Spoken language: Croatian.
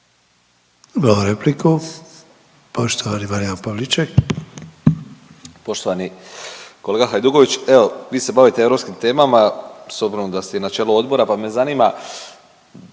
(Hrvatski suverenisti)** Poštovani kolega Hajduković, evo vi se bavite europskim temama s obzirom da ste i na čelu odbora, pa me zanima